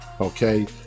okay